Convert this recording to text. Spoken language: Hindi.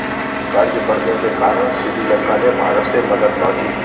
कर्ज बढ़ने के कारण श्रीलंका ने भारत से मदद मांगी